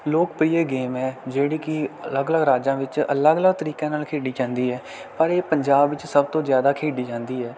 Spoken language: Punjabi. ਲੋਕਪ੍ਰਿਅ ਗੇਮ ਹੈ ਜਿਹੜੀ ਕਿ ਅਲੱਗ ਅਲੱਗ ਰਾਜਾਂ ਵਿੱਚ ਅਲੱਗ ਅਲੱਗ ਤਰੀਕੇ ਨਾਲ ਖੇਡੀ ਜਾਂਦੀ ਹੈ ਪਰ ਇਹ ਪੰਜਾਬ ਵਿੱਚ ਸਭ ਤੋਂ ਜ਼ਿਆਦਾ ਖੇਡੀ ਜਾਂਦੀ ਆ